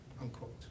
unquote